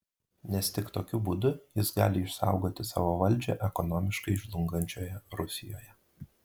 nes tik tokiu būdu jis gali išsaugoti savo valdžią ekonomiškai žlungančioje rusijoje